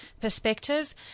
perspective